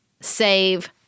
save